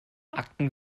akten